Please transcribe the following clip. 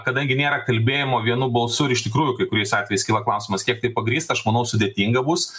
kadangi nėra kalbėjimo vienu balsu ir iš tikrųjų kai kuriais atvejais kyla klausimas kiek tai pagrįsta aš manau manau sudėtinga bus